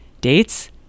Dates